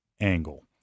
angle